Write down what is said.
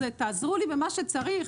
תעזרו לי במה שצריך,